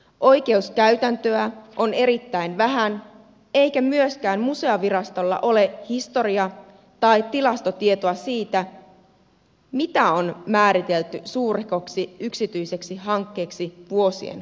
oikeuskäytäntöä on erittäin vähän eikä myöskään museovirastolla ole historia tai tilastotietoa siitä mitä on määritelty suurehkoksi yksityiseksi hankkeeksi vuosien kuluessa